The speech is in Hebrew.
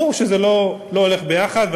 ברור שזה לא הולך יחד,